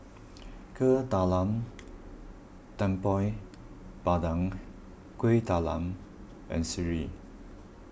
Kuih Talam Tepong Pandan Kueh Talam and Sireh